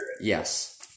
Yes